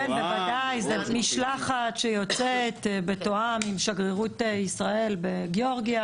זו משלחת שיוצאת בתיאום עם שגרירות ישראל בגאורגיה,